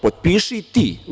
Potpiši i ti.